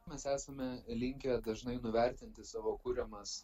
mes esame linkę dažnai nuvertinti savo kuriamas